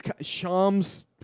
Shams